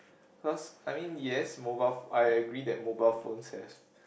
cause I mean yes mobile I agree that mobile phones has